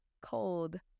cold